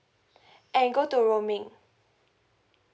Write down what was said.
and go to roaming